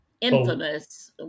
infamous